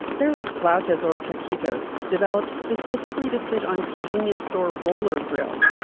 they're like flautas or taquitos, developed specifically to fit on convenience store roller grills,